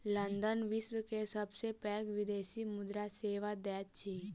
London विश्व के सबसे पैघ विदेशी मुद्रा सेवा दैत अछि